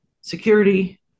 security